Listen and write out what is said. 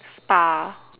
spa